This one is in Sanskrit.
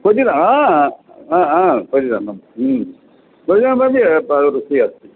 पुदिन आ आ हु रुचिः अस्ति